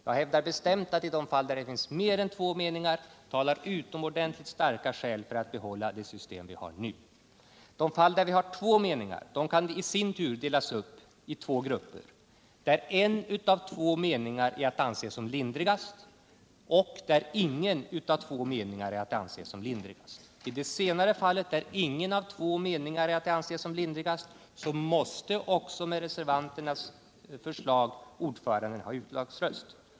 Jag hävdar bestämt att i de fall där det finns mer än två meningar talar utomordentligt starka skäl för att behålla det system vi har nu. De fall där det finns två meningar kan i sin tur delas upp i två grupper: där en av två meningar är att anse som lindrigast och där ingen av två meningar är att anse som lindrigast. I det senare fallet, där ingen av två meningar är att anse som lindrigast, måste också med reservanternas förslag ordföranden ha utslagsröst.